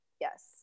Yes